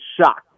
shocked